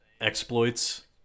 exploits